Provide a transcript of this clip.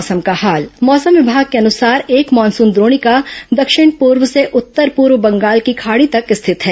मौसम मौसम विभाग के अनुसार एक मानसून द्रोणिका दक्षिण पूर्व से उत्तर पूर्व बंगाल की खाड़ी तक स्थित है